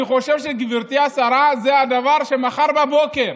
אני חושב, גברתי השרה, שזה הדבר, שמחר בבוקר